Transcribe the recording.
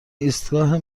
ایستگاه